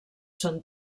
són